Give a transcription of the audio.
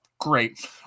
Great